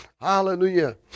Hallelujah